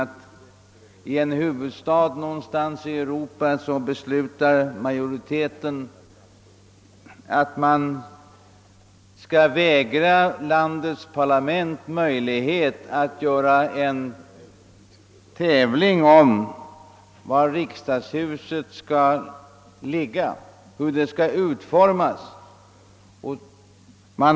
1 en huvudstad någonstans i Europa beslutar nämligen majoriteten att man skall vägra landets parlament att anordna en tävling om var parlamentshuset skall ligga och hur det skall utformas.